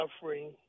suffering